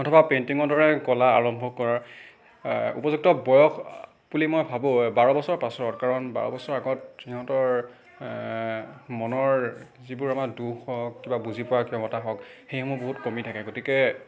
অথবা পেইণ্টিঙৰ দ্বাৰাই কলা আৰম্ভ কৰা উপযুক্ত বয়স বুলি মই ভাবোঁ বাৰ বছৰ পাছত কাৰণ বাৰ বছৰ আগত সিহঁতৰ মনৰ যিবোৰ আমাৰ দুখ হওক কিবা বুজি পোৱা ক্ষমতা হওক সেইসমূহ বহুত কমি থাকে গতিকে